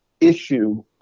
issue